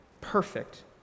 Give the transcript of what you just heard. perfect